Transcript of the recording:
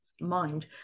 mind